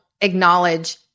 acknowledge